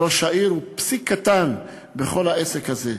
ראש העיר הוא פסיק קטן בכל העסק הזה.